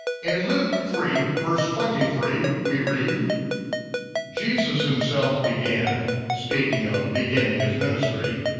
and luke three, verse twenty three, we read jesus himself began, speaking of beginning his ministry,